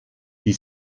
die